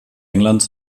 englands